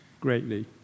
greatly